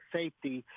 safety